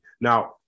Now